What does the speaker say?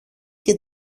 και